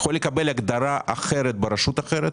יכול לקבל הגדרה אחרת ברשות אחרת?